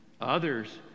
Others